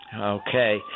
Okay